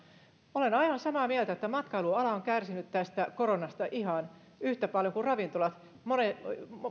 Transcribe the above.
olen aivan samaa mieltä että matkailuala on kärsinyt tästä koronasta ihan yhtä paljon kuin ravintolat monet